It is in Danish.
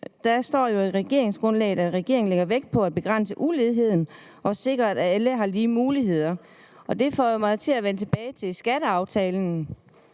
Der står jo i regeringsgrundlaget, at regeringen lægger vægt på at begrænse uligheden og sikre, at alle har lige muligheder. Det får mig til at vende tilbage til skatteaftalen